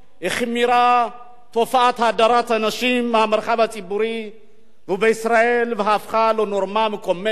החמירה תופעת הדרת הנשים מהמרחב הציבורי בישראל והפכה לנורמה מקוממת.